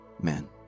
Amen